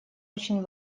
очень